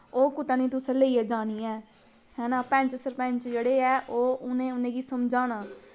ओह् कुतै निं तुसैं लेईयै जानी ऐ हैना पैंच सरपैंच जेह्ड़े ऐ ओह् उ'नैं उ'नें गी समझाना